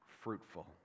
fruitful